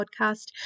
podcast